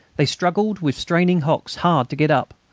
they struggled with straining hocks hard to get up,